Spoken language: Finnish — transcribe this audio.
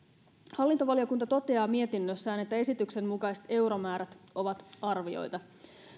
hallintovaliokunta toteaa mietinnössään että esityksen mukaiset euromäärät ovat arvioita